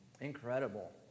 Incredible